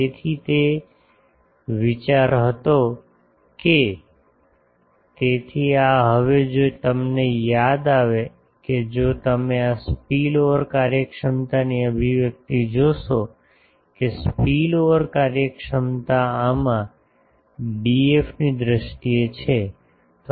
તેથી તે આ વિચાર હતો કે તેથી આ હવે જો તમને યાદ આવે કે જો તમે આ સ્પિલઓવર કાર્યક્ષમતાની અભિવ્યક્તિ જોશો કે સ્પિલઓવર કાર્યક્ષમતા આમાં ડીએફની દ્રષ્ટિએ છે